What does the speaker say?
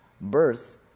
birth